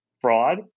fraud